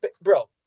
bro